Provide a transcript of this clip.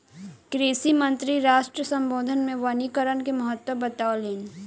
कृषि मंत्री राष्ट्र सम्बोधन मे वनीकरण के महत्त्व बतौलैन